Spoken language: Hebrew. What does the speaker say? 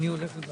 שאלנו .